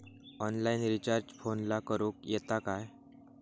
Online recharge फोनला करूक येता काय?